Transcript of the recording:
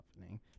happening